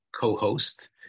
co-host